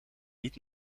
niet